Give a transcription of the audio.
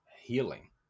healing